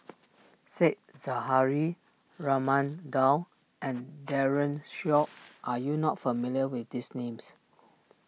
Said Zahari Raman Daud and Daren Shiau are you not familiar with these names